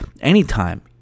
anytime